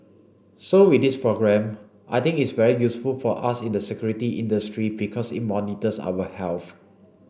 so with this programme I think it's very useful for us in the security industry because it monitors our health